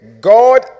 God